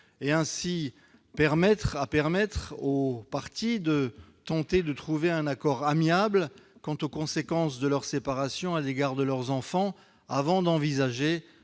conciliateur et à permettre aux parties de tenter de trouver un accord amiable quant aux conséquences de leur séparation à l'égard de leurs enfants avant d'envisager,